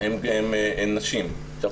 הן נשים.